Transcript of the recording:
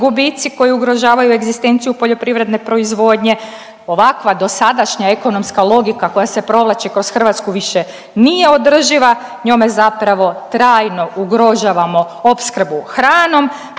gubici koji ugrožavaju egzistenciju poljoprivredne proizvodnje. Ovakva dosadašnja ekonomska logika koja se provlači kroz Hrvatsku više nije održiva, njome zapravo trajno ugrožavamo opskrbu hranom,